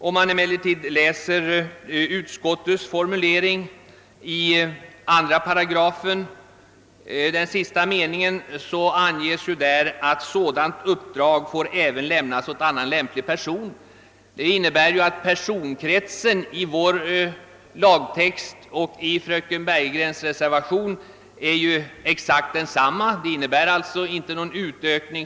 I den av utskottet föreslagna formuleringen av 28 lyder sista meningen: »Sådant uppdrag får även lämnas åt annan lämplig person.» Det innebär att personkretsen enligt vårt förslag och enligt reservationens förslag blir exakt densamma.